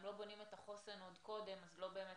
אם לא בונים את החוסן עוד קודם אז לא באמת